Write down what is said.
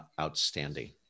outstanding